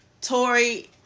Tori